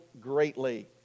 greatly